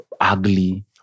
ugly